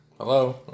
Hello